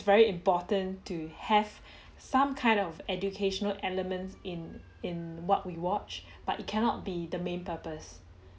very important to have some kind of educational elements in in what we watch but it cannot be the main purpose